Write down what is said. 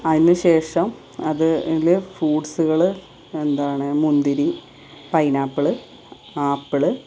അതിന് ശേഷം അതിൽ ഫ്രൂട്ട്സുകൾ എന്താണ് മുന്തിരി പൈനാപ്പിൾ ആപ്പിൾ